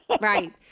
right